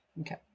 Okay